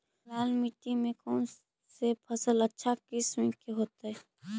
लाल मिट्टी में कौन से फसल अच्छा किस्म के होतै?